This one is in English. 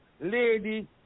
lady